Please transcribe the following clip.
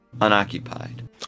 unoccupied